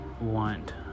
want